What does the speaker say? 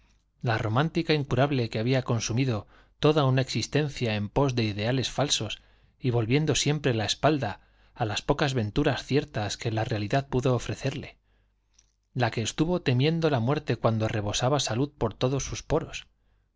la romántica incurable que había consumido toda una existencia en pos de ideales falsos y vol viendo siempre la espalda á las pocas venturas ciertas que la realidad pudo ofrecerle la que estuvo temiendo la muerte cuando rebosaba salud por todos sus poros